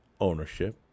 ownership